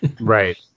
right